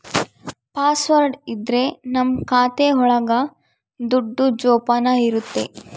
password ಇದ್ರೆ ನಮ್ ಖಾತೆ ಒಳಗ ದುಡ್ಡು ಜೋಪಾನ ಇರುತ್ತೆ